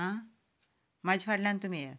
म्हज्या फाटल्यान तुमी येयात